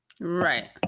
Right